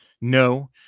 No